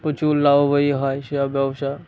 প্রচুর লাভময় হয় সেসব ব্যবসা